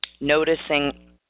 Noticing